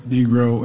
Negro